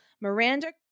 Miranda